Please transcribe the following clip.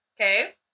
Okay